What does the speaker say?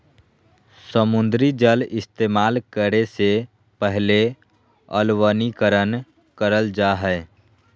समुद्री जल इस्तेमाल करे से पहले अलवणीकरण करल जा हय